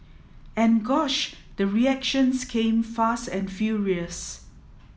and gosh the reactions came fast and furious